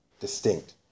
distinct